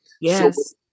Yes